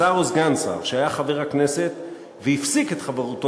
שר או סגן שר שהיה חבר הכנסת והפסיק את חברותו